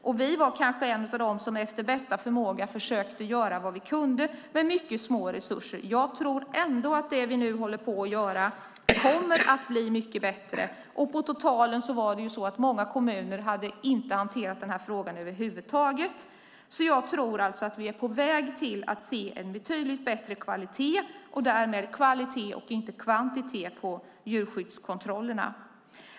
Vår kommun var kanske en av de kommuner som efter bästa förmåga försökte göra vad som med mycket små resurser kunde göras. Ändå tror jag att det vi nu håller på med kommer att göra att det blir mycket bättre. Totalt sett hade många kommuner över huvud taget inte hanterat frågan. Jag tror att vi är på väg mot att få se en betydligt bättre kvalitet - därmed alltså kvalitet, inte kvantitet, när det gäller djurskyddskontrollerna.